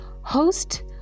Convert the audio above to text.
host